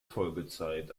folgezeit